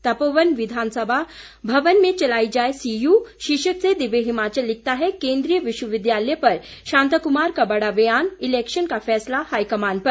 तपोवन विघानसभा भवन में चलाई जाए सीयू शीर्षक से दिव्य हिमाचल लिखता है केंद्रीय विश्वविद्यालय पर शांता कुमार का बड़ा बयान इलेक्शन का फैसला हाई कमान पर